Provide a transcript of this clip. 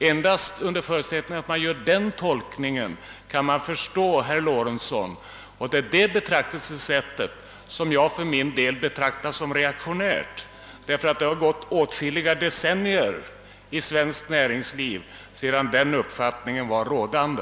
Endast under förutsättning att man gör den tolkningen kan man förstå herr Lorentzon, och det är det betraktelsesättet som jag för min del anser vara reaktionärt — det har gått åtskilliga decennier i svenskt näringsliv sedan den uppfattningen var rådande!